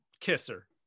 kisser